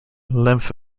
lymph